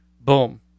Boom